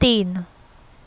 तीन